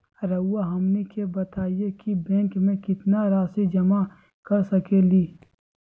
रहुआ हमनी के बताएं कि बैंक में कितना रासि जमा कर सके ली?